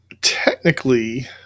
technically